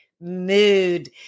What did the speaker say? mood